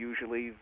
usually